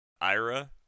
Ira